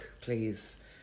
please